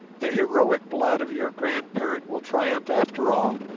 the heroic blood of your grandparent will triumph after all